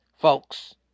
Folks